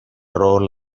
role